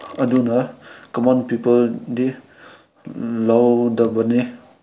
ꯑꯗꯨꯅ ꯀꯃꯣꯟ ꯄꯤꯄꯜꯗꯤ ꯂꯧꯗꯕꯅꯦ